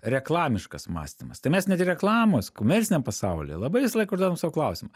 reklamiškas mąstymas tai mes net ir reklamos komerciniam pasaulyje labai visą laiką užduodam sau klausimą